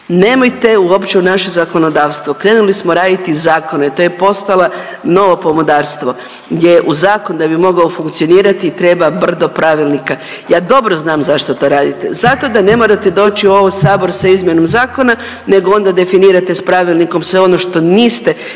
nemojte uopće u naše zakonodavstvo, krenuli smo raditi zakone, to je postala novo pomodarstvo gdje u zakon da bi mogao funkcionirati treba brdo pravilnika, ja dobro znam zašto to radite. Zato da ne morate doći u ovaj sabor sa izmjenom zakona nego onda definirate s pravilnikom sve ono što niste niti